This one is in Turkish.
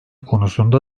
konusunda